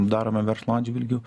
daromi verslo atžvilgiu